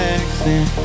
accent